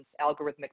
algorithmic